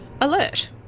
alert